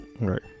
Right